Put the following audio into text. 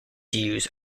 use